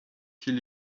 till